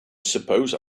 suppose